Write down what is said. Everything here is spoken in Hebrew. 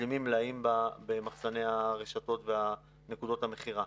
משלימים מלאים במחסני הרשתות ונקודות המכירה.